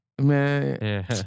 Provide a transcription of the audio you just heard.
man